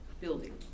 building